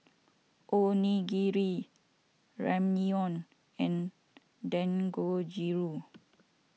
Onigiri Ramyeon and Dangojiru